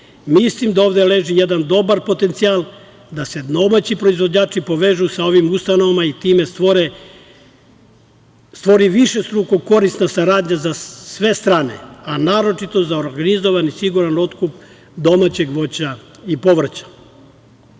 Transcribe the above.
mislim da ovde leži jedan dobar potencijal, da se domaći proizvođači povežu sa ovim ustanovama i time stvori višestruko korisna saradnja za sve strane, a naročito za organizovan i siguran otkup domaćeg voća i povrća. Ono